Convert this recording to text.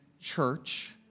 church